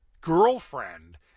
girlfriend